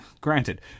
granted